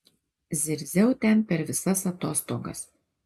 zirziau ten per visas atostogas